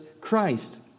Christ